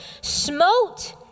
smote